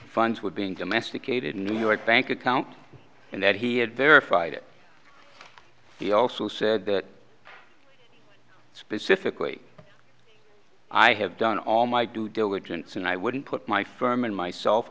funds were being domesticated in new york bank account and that he had verified it he also said that specifically i have done all my due diligence and i wouldn't put my firm and myself